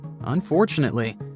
Unfortunately